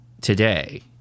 today